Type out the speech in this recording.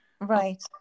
Right